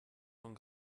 von